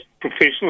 professional